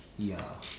ya